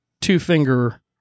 two-finger